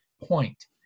point